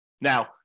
Now